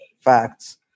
facts